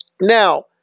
Now